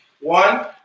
one